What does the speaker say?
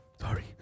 sorry